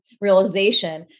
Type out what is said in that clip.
realization